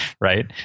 right